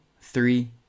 Three